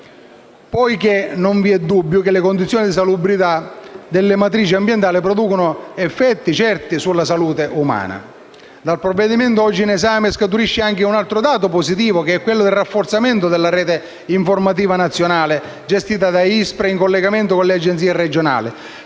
poiché non vi è dubbio che le condizioni di salubrità delle matrici ambientali producono effetti certi sulla salute umana. Dal provvedimento oggi in esame scaturisce anche un altro dato positivo che è quello del rafforzamento della rete informativa nazionale, gestita da ISPRA in collegamento con le Agenzie regionali.